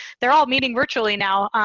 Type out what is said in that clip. they're all meeting virtually now.